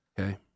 Okay